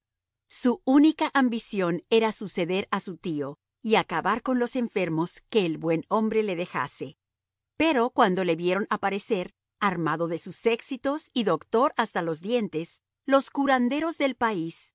su única ambición era suceder a su tío y acabar con los enfermos que el buen hombre le dejase pero cuando le vieron aparecer armado de sus éxitos y doctor hasta los dientes los curanderos del país